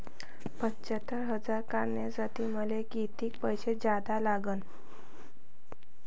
पंच्यात्तर हजार काढासाठी मले कितीक पैसे जादा द्या लागन?